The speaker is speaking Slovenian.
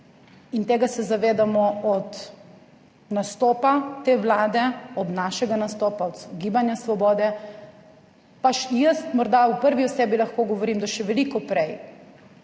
in tega se zavedamo od nastopa te Vlade, od našega nastopa, od Gibanja Svobode. Pa jaz, morda v prvi osebi lahko govorim, da še veliko prej,